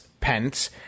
Pence